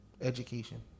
Education